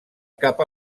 cap